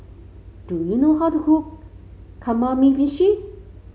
do you know how to cook Kamameshi